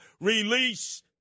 Release